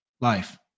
life